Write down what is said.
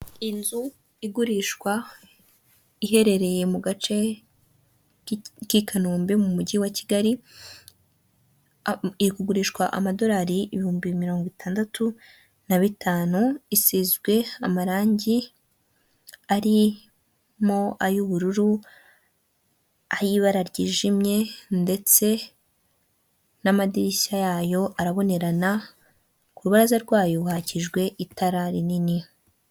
Inzu igurishwa iherereye k'i Kanombe mu mujyi wa kigali, igurishwa amadolari ibihumbi mirongo itandatu na bitanu isizwe amarangi ari mo ay'ubururu ay'ibara ryijimye ndetse n'amadirishya, yayo arabonerana ku rubaza rwayo hakijwe itara rinini.